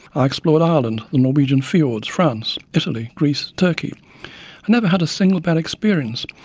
i explored ireland, the norwegian fjords, france, italy, greece, turkey. i never had a single bad experience,